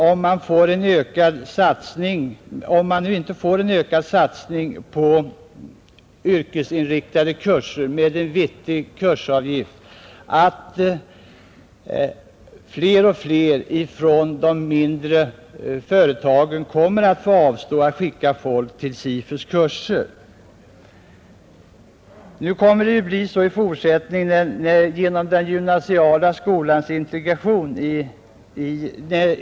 Om det inte sker en ökad satsning på yrkesinriktade kurser med en vettig kursavgift, kommer fler och fler av de mindre företagen att få avstå från att skicka folk till SIFU:s kurser.